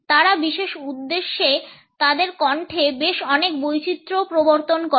তারা বিশেষ উদ্দেশ্যে তাদের কণ্ঠে বেশ অনেক বৈচিত্র্যও প্রবর্তন করে